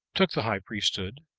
took the high priesthood,